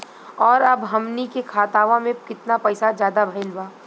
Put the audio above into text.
और अब हमनी के खतावा में कितना पैसा ज्यादा भईल बा?